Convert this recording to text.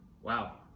Wow